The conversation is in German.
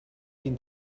ihnen